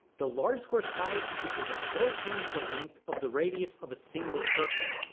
the large square side is equal to four times the length of the radius of a single circle,